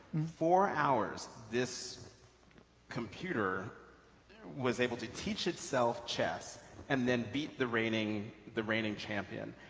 four hours, this computer was able to teach itself chess and then beat the reigning the reigning champion.